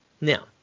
Now